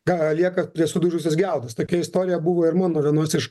ką liekat prie sudužusios geldos tokia istorija buvo ir mano vienos iš